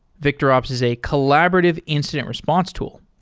victorops is a collaborative incident response tool,